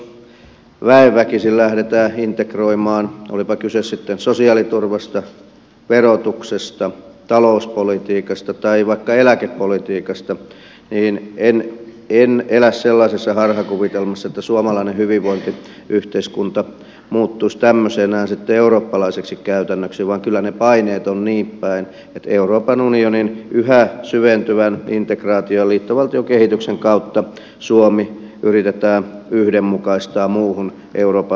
jos väen väkisin lähdetään integroimaan olipa kyse sitten sosiaaliturvasta verotuksesta talouspolitiikasta tai vaikka eläkepolitiikasta niin en elä sellaisessa harhakuvitelmassa että suomalainen hyvinvointiyhteiskunta muuttuisi tämmöisenään sitten eurooppalaiseksi käytännöksi vaan kyllä ne paineet ovat niinpäin että euroopan unionin yhä syventyvän integraation ja liittovaltiokehityksen kautta suomi yritetään yhdenmukaistaa muuhun euroopan unioniin